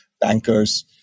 bankers